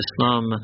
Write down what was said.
Islam